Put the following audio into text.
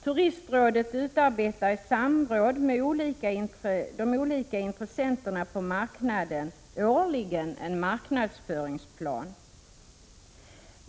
Turistrådet utarbetar i samråd med de olika intressenterna på marknaden årligen en marknadsföringsplan.